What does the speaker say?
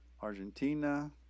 Argentina